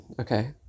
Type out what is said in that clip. okay